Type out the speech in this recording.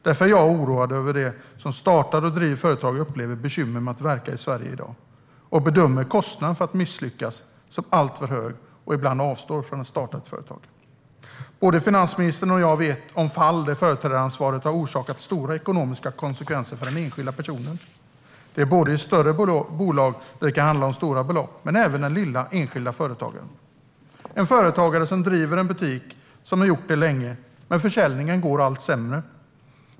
Därför är jag oroad över att de som startar och driver företag upplever bekymmer med att verka i Sverige i dag. De bedömer kostnaden för att misslyckas som alltför hög och avstår därför ibland från att starta ett företag. Både finansministern och jag vet om fall där företrädaransvaret har orsakat stora ekonomiska konsekvenser för den enskilda personen. Det gäller både i större bolag, där det kan handla om stora belopp, och för den enskilde företagaren. En företagare har länge drivit en butik, men försäljningen går allt sämre.